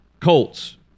Colts